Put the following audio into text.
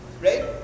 right